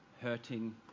hurting